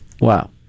Wow